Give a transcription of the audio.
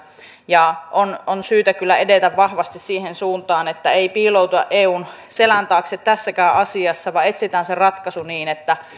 on on syytä kyllä edetä vahvasti siihen suuntaan että ei piilouduta eun selän taakse tässäkään asiassa vaan etsitään se ratkaisu niin että